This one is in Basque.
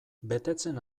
betetzen